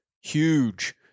huge